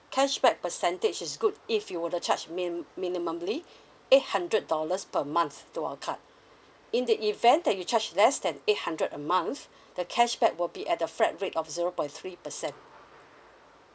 cashback percentage is good if you were to charge min~ minimally eight hundred dollars per month to our card in the event that you charge less than eight hundred a month the cashback will be at the flat rate of zero point three percent